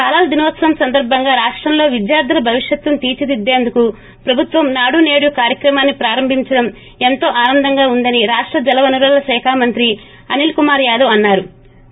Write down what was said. బాలల దినోత్సవం సందర్బంగా రాష్టంలో విద్యార్గుల భవిష్యత్ను తీర్చిదిద్దేందుకు ప్రభుత్వం నాడు నేడు కార్యక్రమాన్ని ప్రారంభించడం ఎంతో ఆనందంగా ఉందని రాష్ట జలవనరుల శాఖ మంత్రి అనిల్ కుమార్ యాదవ్ అన్నా రు